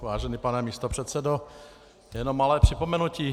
Vážený pane místopředsedo, jenom malé připomenutí.